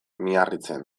miarritzen